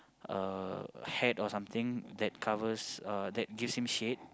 a hat or something that covers uh that gives him shade